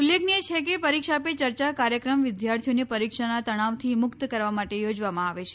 ઉલ્લેખનીય છે કે પરીક્ષા પે યર્યા કાર્યક્રમ વિદ્યાર્થીઓને પરીક્ષાના તણાવથી મુક્ત કરવા માટે યોજવામાં આવે છે